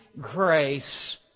grace